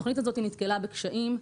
התוכנית הזאת נתקלה בקשיים,